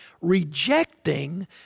rejecting